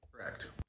Correct